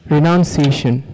Renunciation